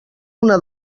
una